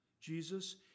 Jesus